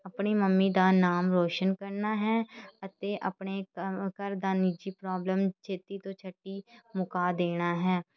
ਆਪਣੀ ਮੰਮੀ ਦਾ ਨਾਮ ਰੋਸ਼ਨ ਕਰਨਾ ਹੈ ਅਤੇ ਆਪਣੇ ਘ ਘਰ ਦਾ ਨਿੱਜੀ ਪ੍ਰੋਬਲਮ ਛੇਤੀ ਤੋਂ ਛੇਤੀ ਮੁਕਾ ਦੇਣਾ ਹੈ